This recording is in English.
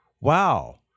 wow